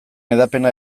hedapena